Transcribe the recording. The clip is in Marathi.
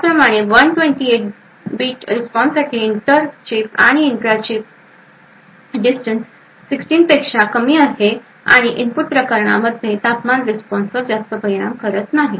त्याचप्रमाणे 128 बिट रिस्पॉन्ससाठी इंट्रा चिप डिस्टन्स 16 पेक्षा कमी आहे आणि इनपुट प्रकरणांमध्ये तापमान रिस्पॉन्सवर जास्त परिणाम करत नाही